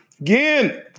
again